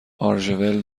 آرژول